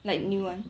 like new [one]